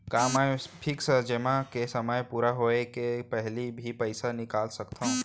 का मैं फिक्स जेमा के समय पूरा होय के पहिली भी पइसा निकाल सकथव?